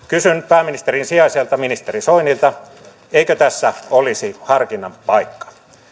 pääministerin sijaiselta ministeri soinilta eikö tässä olisi harkinnan paikka